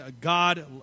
God